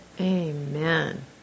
Amen